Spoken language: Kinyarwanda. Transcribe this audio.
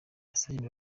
yasabye